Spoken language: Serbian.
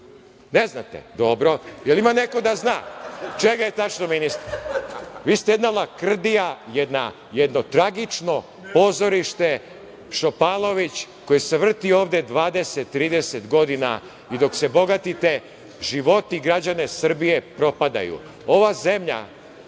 Ne znate. Dobro. Da li ima neko da zna, čega je tačno ministar? Vi ste jedna lakrdija, jedno tragično pozorište Šopalović, koje se vrti ovde 20-30 godina i dok se bogatite životi građana Srbije propadaju. Ova zemlja